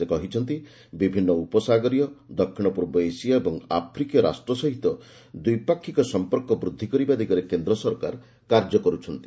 ସେ କହିଛନ୍ତି ବିଭିନ୍ନ ଉପସାଗୀୟ ଦକ୍ଷିଣ ପୂର୍ବ ଏସୀୟ ଏବଂ ଆଫ୍ରିକୀୟ ରାଷ୍ଟ୍ର ସହିତ ଦ୍ୱିପାକ୍ଷିକ ସମ୍ପର୍କ ବୃଦ୍ଧି କରିବା ଦିଗରେ କେନ୍ଦ୍ର ସରକାର କାର୍ଯ୍ୟ କର୍ରଛନ୍ତି